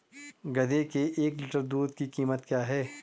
गधे के एक लीटर दूध की कीमत क्या है?